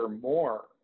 more